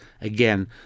again